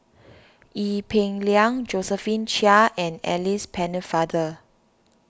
Ee Peng Liang Josephine Chia and Alice Pennefather